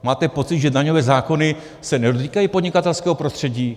Máte pocit, že daňové zákony se nedotýkají podnikatelského prostředí?